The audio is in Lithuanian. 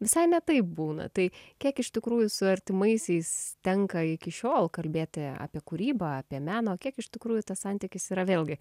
visai ne taip būna tai kiek iš tikrųjų su artimaisiais tenka iki šiol kalbėti apie kūrybą apie meną kiek iš tikrųjų tas santykis yra vėlgi